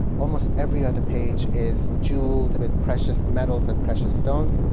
almost every other page is jeweled with precious metals and precious stones.